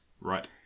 Right